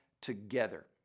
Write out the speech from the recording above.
together